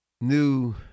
new